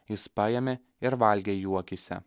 jis paėmė ir valgė jų akyse